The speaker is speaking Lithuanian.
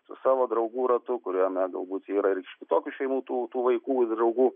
su savo draugų ratu kuriame galbūt yra ir iš kitokių šeimų tų tų vaikų ir draugų